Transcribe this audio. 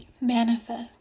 Manifest